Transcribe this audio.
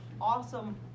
awesome